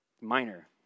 Minor